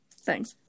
Thanks